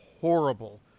horrible